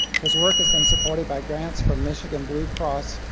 his work has been supported by grants from michigan blue cross,